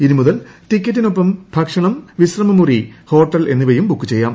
ഇനിമുതൽ ടിക്കറ്റിനൊപ്പം ഭക്ഷണം വിശ്രമമുറി ഹോട്ടൽ എന്നിവയും ബുക്ക് ചെയ്യാം